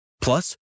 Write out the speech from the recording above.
Plus